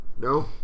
No